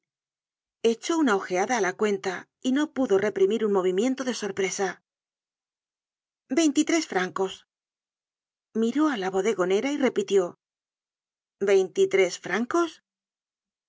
echó una ojeada á la cuenta y no pudo reprimir un movimiento de sorpresa veintitres francos miró á la bodegonera y repitió veintitres francos